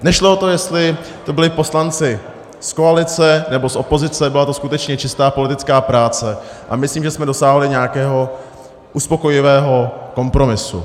Nešlo o to, jestli to byli poslanci z koalice, nebo z opozice, byla to skutečně čistá politická práce a myslím, že jsme dosáhli nějakého uspokojivého kompromisu.